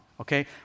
Okay